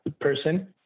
person